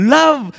love